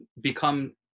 become